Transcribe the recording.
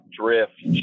drift